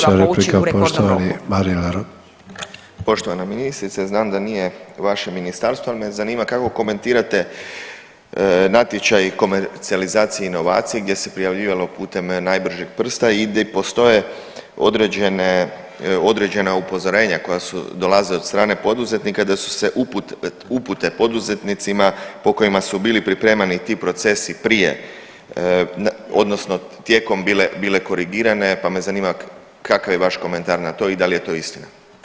Poštovana ministrice, znam da nije vaše ministarstvo, ali me zanima kako komentirate natječaj komercijalizacije i inovacije gdje se prijavljivalo putem najbržeg prsta i gdje postoje određena upozorenja koja su dolazila od strane poduzetnika da su se upute poduzetnicima po kojima su bili pripremani ti procesi prije, odnosno tijekom, bile korigirane, pa me zanima kakav je vaš komentar na to i da li je to istina.